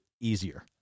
easier